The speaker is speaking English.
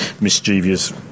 mischievous